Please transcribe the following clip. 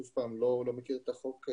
אני לא מכיר את החוק,